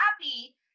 happy